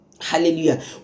hallelujah